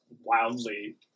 wildly